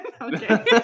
Okay